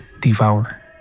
devour